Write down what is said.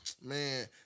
man